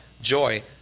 joy